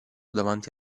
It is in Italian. davanti